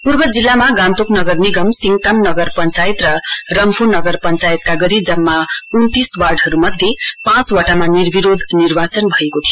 पूर्व जिल्लामा गान्तोक नगर निगम सिङताम नगर पञ्चायत र रम्फू नगर पञ्चायनका गरी जम्मा उन्तीस वार्ड मध्ये पाँचवटामा निर्विरोध निर्वाचन भएको थियो